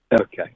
Okay